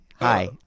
Hi